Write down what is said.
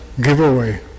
giveaway